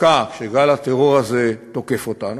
דווקא כשגל הטרור הזה תוקף אותנו,